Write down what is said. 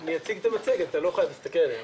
אני אציג את המצגת, אתה לא חייב להסתכל עליה.